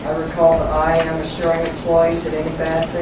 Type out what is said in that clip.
recall the iam assuring employees that any bad